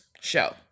show